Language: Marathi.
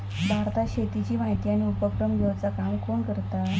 भारतात शेतीची माहिती आणि उपक्रम घेवचा काम कोण करता?